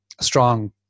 strong